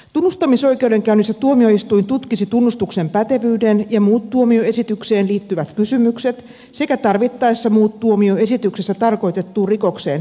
tunnustamisoikeudenkäynnissä tuomioistuin tutkisi tunnustuksen pätevyyden ja muut tuomioesitykseen liittyvät kysymykset sekä tarvittaessa muut tuomioesityksessä tarkoitettuun rikokseen perustuvat vaatimukset